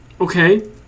okay